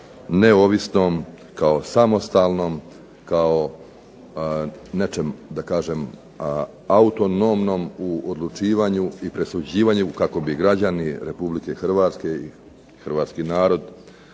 nečem da kažem autonomnom u odlučivanju i presuđivanju kako bi građani Republike Hrvatske i hrvatski narod